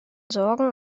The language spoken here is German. sorgen